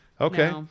Okay